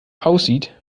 aussieht